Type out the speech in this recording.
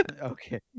Okay